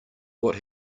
what